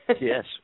Yes